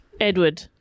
Edward